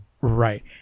Right